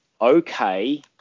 okay